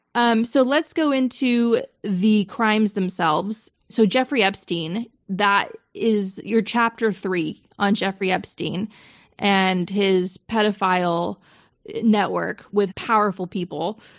um so let's go into the crimes themselves. so jeffrey jeffrey epstein. that is your chapter three on jeffrey epstein and his pedophile network with powerful people.